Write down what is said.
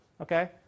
okay